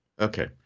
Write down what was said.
Okay